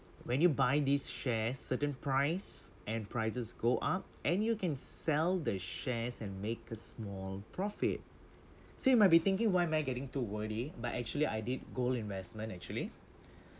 when you buy these share certain price and prices go up and you can sell the shares and make a small profit so you might be thinking why am I getting too wordy but actually I did gold investment actually